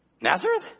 Nazareth